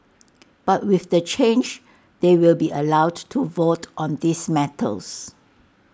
but with the change they will be allowed to vote on these matters